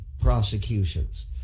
prosecutions